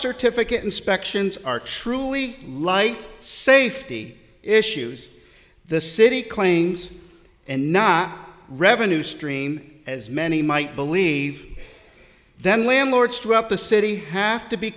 certificate inspections are truly life safety issues the city claims and not revenue stream as many might believe then landlords throughout the city have to be